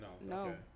No